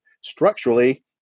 Structurally